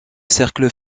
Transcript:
cercle